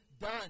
done